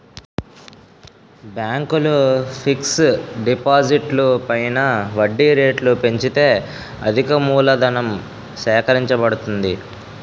బ్యాంకులు ఫిక్స్ డిపాజిట్లు పైన వడ్డీ రేట్లు పెంచితే అధికమూలధనం సేకరించబడుతుంది